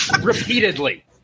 Repeatedly